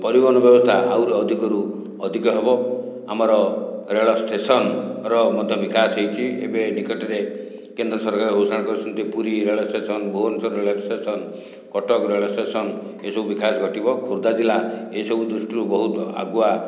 ପରିବହନ ବ୍ୟବସ୍ଥା ଆହୁରି ଅଧିକରୁ ଅଧିକ ହେବ ଆମର ରେଳଷ୍ଟେସନର ମଧ୍ୟ ବିକାଶ ହୋଇଛି ଏବେ ନିକଟରେ କେନ୍ଦ୍ର ସରକାର ଘୋଷଣା କରିଛନ୍ତି ପୁରୀ ରେଳଷ୍ଟେସନ ଭୁବନେଶ୍ଵର ରେଳଷ୍ଟେସନ କଟକ ରେଳଷ୍ଟେସନ ଏହିସବୁ ବିକାଶ ଘଟିବ ଖୋର୍ଦ୍ଧା ଜିଲ୍ଲା ଏହିସବୁ ଦୃଷ୍ଟିରୁ ବହୁତ ଆଗୁଆ